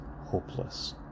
hopeless